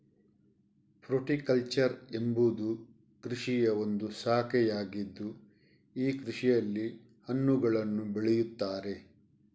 fruticulture ಎಂಬುವುದು ಕೃಷಿಯ ಒಂದು ಶಾಖೆಯಾಗಿದ್ದು ಈ ಕೃಷಿಯಲ್ಲಿ ಹಣ್ಣುಗಳನ್ನು ಬೆಳೆಯುತ್ತಾರೆ